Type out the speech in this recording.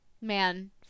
man